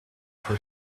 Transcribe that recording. for